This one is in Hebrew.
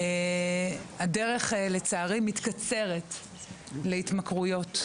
הדרך לצערי מתקצרת להתמכרויות.